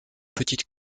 petites